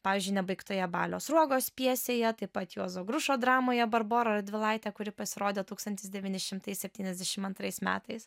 pavyzdžiui nebaigtoje balio sruogos pjesėje taip pat juozo grušo dramoje barbora radvilaitė kuri pasirodė tūkstantis devyni šimtai septyniasdešim antrais metais